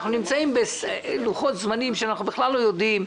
אנחנו נמצאים בלוחות זמנים שאנחנו בכלל לא יודעים.